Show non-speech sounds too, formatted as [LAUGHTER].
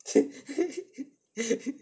[LAUGHS]